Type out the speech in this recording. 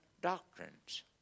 doctrines